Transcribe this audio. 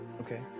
Okay